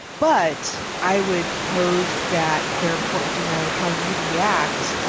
but i would pose that they're important to know how you react